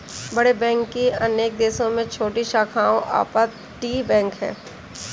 बड़े बैंक की अनेक देशों में छोटी शाखाओं अपतटीय बैंक है